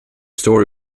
story